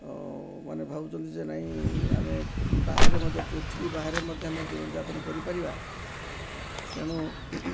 ମାନେ ଭାବୁଛନ୍ତି ଯେ ନାହିଁ ଆମେ ବାହାରେ ମଧ୍ୟ ପୃଥିବୀ ବାହାରେ ମଧ୍ୟ ଆମେ ଜୀବନ ଯାପନ କରିପାରିବା ତେଣୁ